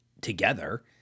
together